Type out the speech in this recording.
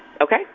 Okay